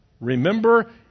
Remember